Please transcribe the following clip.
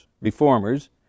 reformers